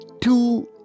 two